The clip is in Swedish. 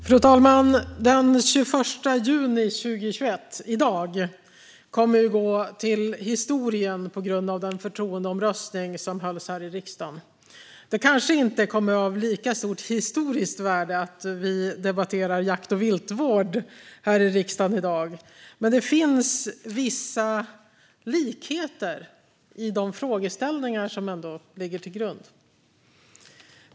Fru talman! Den 21 juni 2021, dagens datum, kommer att gå till historien på grund av den förtroendeomröstning som hölls här i riksdagen. Det kanske inte kommer att vara av lika stort historiskt värde att vi debatterar jakt och viltvård här i riksdagen i dag. Men det finns vissa likheter i de frågeställningar som ligger till grund.